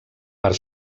part